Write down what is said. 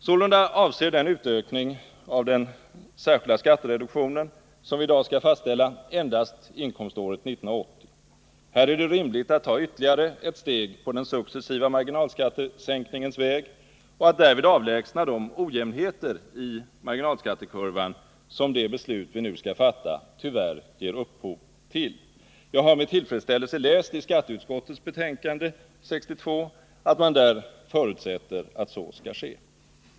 Sålunda avser den utökning av den särskilda skattereduktionen som vi i dag skall fastställa endast inkomståret 1980. Här är det rimligt att ta ytterligare ett steg på den successiva marginalskattesänkningens väg och att därvid avlägsna de ojämnheter i marginalskattekurvan som det beslut vi nu skall fatta tyvärr ger upphov till. Jag har med tillfredsställelse läst i skatteutskottets betänkande nr 62 att man där förutsätter att så skall ske.